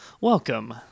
Welcome